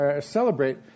celebrate